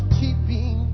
keeping